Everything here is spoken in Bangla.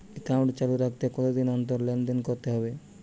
একাউন্ট চালু রাখতে কতদিন অন্তর লেনদেন করতে হবে?